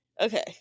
okay